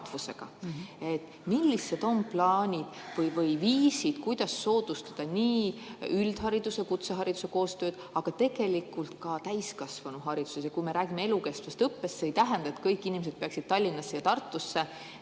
Millised on plaanid või viisid, kuidas soodustada üldhariduse ja kutsehariduse koostööd, aga ka [koostööd] täiskasvanuhariduses? Kui me räägime elukestvast õppest, siis see ei tähenda, et kõik inimesed peaksid Tallinnasse või Tartusse,